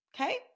Okay